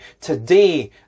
today